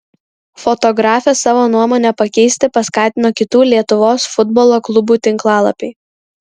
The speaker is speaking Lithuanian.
fotografę savo nuomonę pakeisti paskatino kitų lietuvos futbolo klubų tinklalapiai